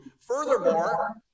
Furthermore